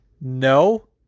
no